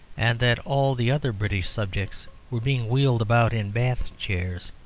and that all the other british subjects were being wheeled about in bath-chairs.